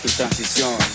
transition